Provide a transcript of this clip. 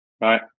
Right